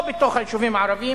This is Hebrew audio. או בתוך היישובים הערביים,